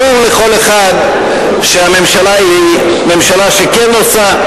ברור לכל אחד שהממשלה היא ממשלה שכן עושה,